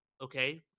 okay